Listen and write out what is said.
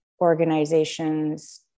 organizations